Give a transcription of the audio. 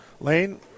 lane